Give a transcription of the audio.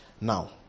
Now